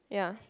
yeah